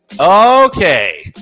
okay